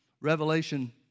revelation